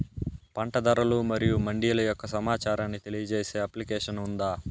పంట ధరలు మరియు మండీల యొక్క సమాచారాన్ని తెలియజేసే అప్లికేషన్ ఉందా?